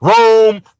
Rome